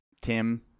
Tim